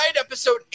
episode